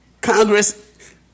Congress